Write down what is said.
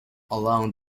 along